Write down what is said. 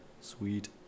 Sweet